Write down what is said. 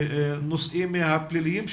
הנשואים הפליליים שעלו,